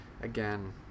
again